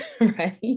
Right